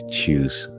choose